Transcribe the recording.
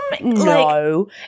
no